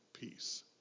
peace